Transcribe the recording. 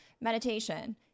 meditation